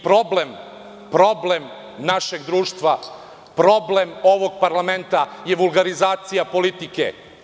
Problem našeg društva, problem ovog parlamenta je vulgarizacija politike.